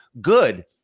good